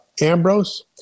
Ambrose